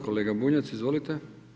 Kolega Bunjac izvolite.